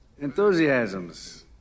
Enthusiasms